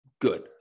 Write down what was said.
good